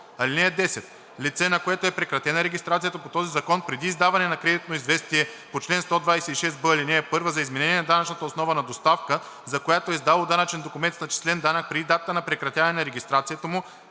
закона. (10) Лице, на което е прекратена регистрацията по този закон преди издаване на кредитно известие по чл. 126б, ал. 1 за изменение на данъчната основа на доставка, за която е издало данъчен документ с начислен данък преди датата на прекратяване на регистрацията му,